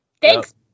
Thanks